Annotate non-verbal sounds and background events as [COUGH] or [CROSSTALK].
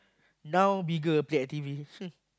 now bigger play at T_V [LAUGHS]